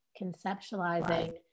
conceptualizing